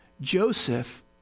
joseph